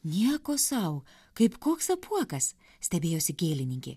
nieko sau kaip koks apuokas stebėjosi gėlininkė